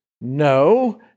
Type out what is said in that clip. No